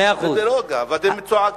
ואתם צועקים.